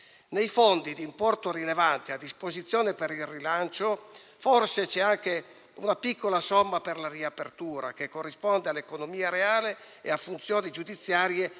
Nei fondi, di importo rilevante, a disposizione per il rilancio, forse c'è anche una piccola somma per la riapertura, che corrisponde all'economia reale e a funzioni giudiziarie